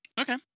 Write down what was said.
okay